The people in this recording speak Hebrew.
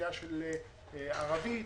אוכלוסייה ערבית,